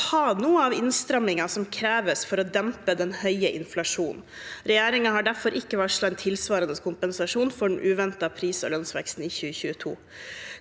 og ta noe av innstrammingen som kreves for å dempe den høye inflasjonen. Regjeringen har derfor ikke varslet en tilsvarende kompensasjon for den uventede pris- og lønnsveksten i 2022.»